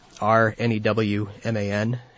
r-n-e-w-m-a-n